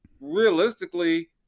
realistically